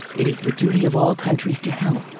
it is the duty of all countries to help,